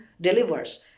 delivers